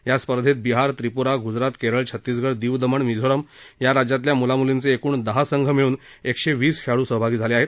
या स्पर्धेत बिहार त्रिप्रा ग्जरात केरळ छत्तीसगड दीव दमण मिझोरम राज्यातील मुला मुलींचे एकूण दहा संघ मिळून एकशे वीस खेळाडू सहभागी झाले आहेत